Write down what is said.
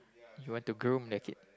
you want to groom like it